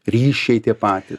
ryšiai tie patys